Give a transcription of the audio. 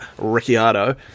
Ricciardo